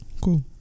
cool